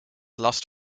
last